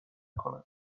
کنند